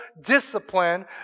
discipline